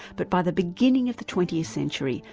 but by the beginning of the twentieth century,